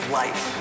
life